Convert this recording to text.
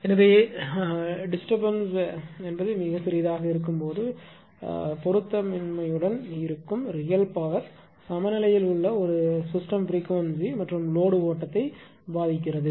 எனவே இடையூறு என்பது மிகச் சிறியதாக இருக்கும்போது பொருத்தமின்மையுடன் இருக்கும் ரியல் பவர் சமநிலையில் உள்ள ஒரு சிஸ்டம் பிரிகுவென்ஸி மற்றும் லோடு ஓட்டத்தை பாதிக்கிறது